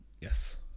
Yes